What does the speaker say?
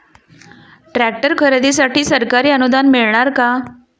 Tractor खरेदीसाठी सरकारी अनुदान मिळणार का?